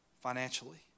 financially